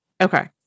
Okay